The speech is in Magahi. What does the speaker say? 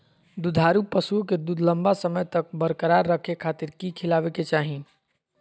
दुधारू पशुओं के दूध लंबा समय तक बरकरार रखे खातिर की खिलावे के चाही?